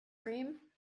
cream